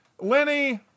Lenny